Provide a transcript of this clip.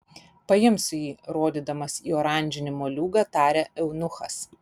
paimsiu jį rodydamas į oranžinį moliūgą tarė eunuchas